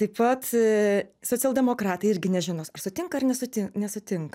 taip pat socialdemokratai irgi nežinos ar sutinka ar nesuti nesutinka